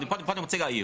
או פה אני רוצה להעיר,